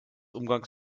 umgangs